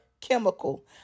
chemical